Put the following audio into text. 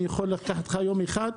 אני יכול לקחת אותך יום אחד.